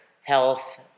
health